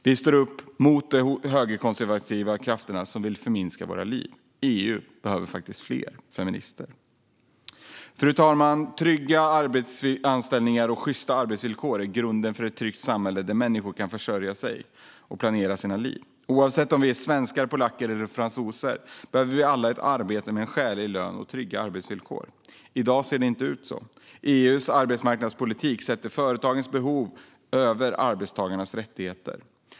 Vi står upp mot de högerkonservativa krafter som vill förminska våra liv. EU behöver fler feminister. Fru talman! Trygga anställningar och sjysta arbetsvillkor är grunden för ett tryggt samhälle där människor kan försörja sig och planera sina liv. Oavsett om vi är svenskar, polacker eller fransoser behöver vi alla ett arbete med skälig lön och trygga arbetsvillkor. I dag ser det inte ut så. EU:s arbetsmarknadspolitik sätter företagens behov framför arbetstagarnas rättigheter.